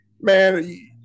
man